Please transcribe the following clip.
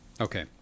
Okay